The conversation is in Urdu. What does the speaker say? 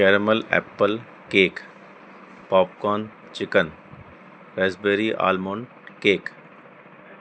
caramel apple cake popcorn chicken raspberry almond cake